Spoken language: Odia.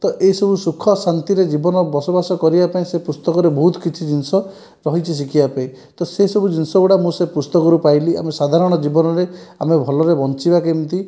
ତ ଏ ସବୁ ସୁଖ ଶାନ୍ତିରେ ଜୀବନ ବସବାସ କରିବା ପାଇଁ ସେ ପୁସ୍ତକରେ ବହୁତ କିଛି ଜିନିଷ ରହିଛି ଶିଖିବା ପାଇଁ ତ ସେ ସବୁ ଜିନିଷ ଗୁଡ଼ା ମୁଁ ସେ ପୁସ୍ତକରୁ ପାଇଲି ଆମେ ସାଧାରଣ ଜୀବନରେ ଆମେ ଭଲରେ ବଞ୍ଚିବା କେମିତି